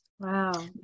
Wow